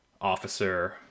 Officer